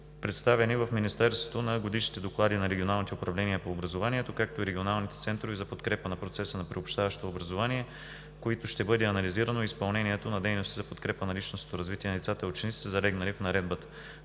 представяне в Министерството на годишните доклади на регионалните управления по образованието, както и регионалните центрове за подкрепа на процеса на приобщаващото образование, което ще бъде анализирано изпълнението на дейностите за подкрепа на личностното развитие на децата и учениците, залегнали в Наредбата.